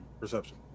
Perception